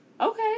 okay